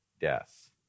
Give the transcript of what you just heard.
death